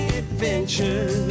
adventure